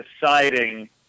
deciding